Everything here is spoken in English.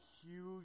huge